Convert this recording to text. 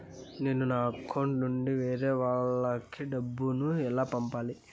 నేను నా అకౌంట్ నుండి వేరే వాళ్ళకి డబ్బును ఎలా పంపాలి?